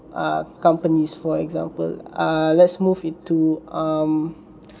uh companies for example err let's move it to um